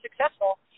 successful